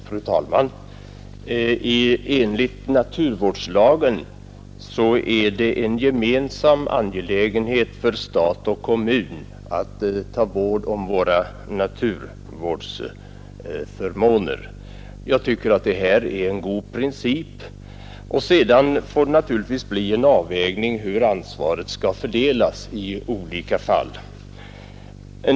Fru talman! Enligt naturvårdslagen är naturvården en gemensam angelägenhet för stat och kommun. Jag tycker att det är en riktig princip. Sedan får det naturligtvis bli en avvägning hur ansvaret skall fördelas i olika fall.